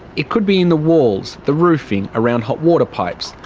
it could be in the walls, the roofing, around hot water pipes,